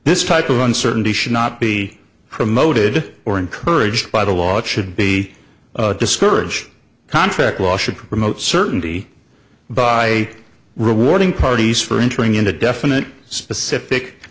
this type of uncertainty should not be promoted or encouraged by the law it should be discouraged contract law should promote certainty by rewarding parties for entering into definite specific